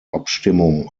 abstimmung